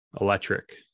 electric